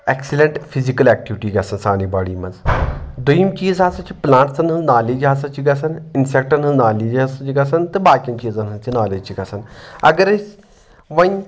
excellent physical activity گژھان سانہِ body منٛز دوٚیِم چیٖز ہسا چھِ پٕلانٹسن ہٕنٛز نالیج ہسا چھِ گژھان اِنسیکٹن ہٕنٛز نالیج ہسا چھِ گژھان تہٕ باقین چیٖزن ہٕنٛز تہِ نالیج چھِ گژھان اگر أسۍ وۄنۍ